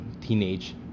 teenage